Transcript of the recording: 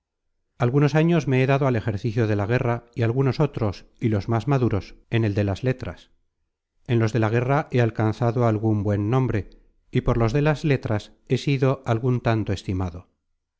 algunos años me he dado al ejercicio de la guerra y algunos otros y los más maduros en el de las letras en los de la guerra he alcanzado algun buen nombre y por los de las letras he sido algun tanto estimado